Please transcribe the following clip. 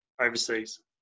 overseas